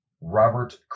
Robert